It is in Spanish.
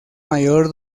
mayor